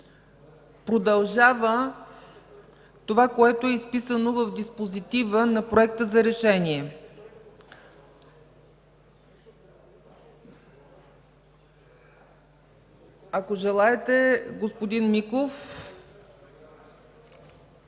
продължава това, което е изписано в диспозитива на Проекта за решение. Ако желаете, господин Миков,